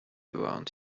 around